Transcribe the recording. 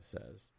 says